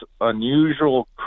unusual